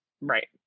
Right